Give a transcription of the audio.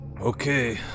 Okay